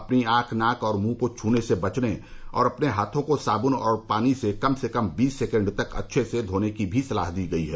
अपनी आंख नाक और मुंह को छूने से बचने और अपने हाथों को साबुन और पानी से कम से कम बीस सेकेण्ड तक अच्छे से धोने की भी सलाह दी गई है